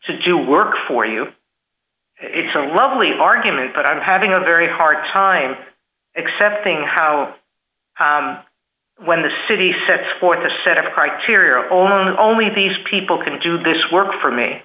to do work for you it's a lovely argument but i'm having a very hard time accepting how when the city sets forth a set of criteria only these people can do this work for me